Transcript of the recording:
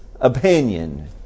opinion